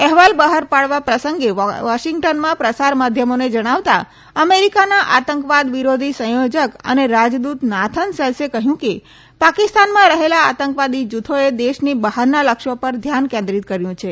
અહેવાલ બહાર પાડવા પ્રસંગે વોશિંગ્ટનમાં પ્રસાર માધ્યમોને જણાવતાં અમેરિકાના આતંકવાદ વિરોધી સંયોજક અને રાજદ્રત નાથન સેલ્સે કહ્યું કે પાકિસ્તાનમાં રહેલા આતંકવાદી જુથોએ દેશની બહારના લક્ષ્યો પર ધ્યાન કેન્દ્રિત કર્યું છે